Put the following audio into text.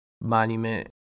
monument